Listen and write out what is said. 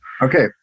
Okay